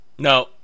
No